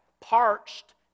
parched